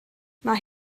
mae